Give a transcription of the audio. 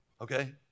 okay